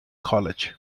college